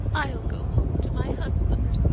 i ll go home to my husband.